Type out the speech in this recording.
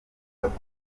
n’ubu